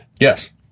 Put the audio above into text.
Yes